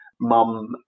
Mum